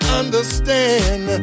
understand